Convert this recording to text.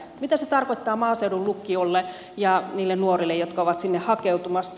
mitä se tarkoittaa maaseudun lukioille ja niille nuorille jotka ovat sinne hakeutumassa